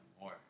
more